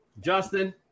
Justin